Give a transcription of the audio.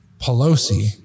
Pelosi